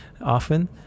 often